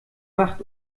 macht